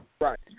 Right